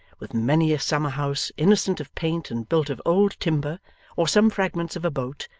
with many a summer house innocent of paint and built of old timber or some fragments of a boat,